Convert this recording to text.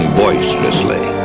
voicelessly